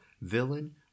Villain